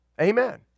Amen